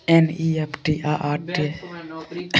NEFT आ RTGS करै के कुछो फीसो लय छियै?